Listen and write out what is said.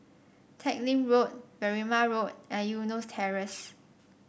Teck Lim Road Berrima Road and Eunos Terrace